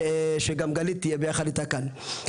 שגם גלית תהיה ביחד איתם כאן.